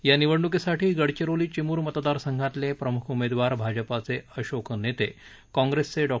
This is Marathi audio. या निवडणुकीसाठी गडचिरोली चिमूर मतदारसंघातले प्रमुख उमेदवार भाजपाचे अशोक नेते कॉंग्रेसचे डॉ